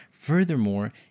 Furthermore